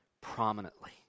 prominently